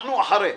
אנחנו אחרי.